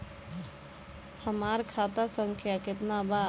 हमार खाता संख्या केतना बा?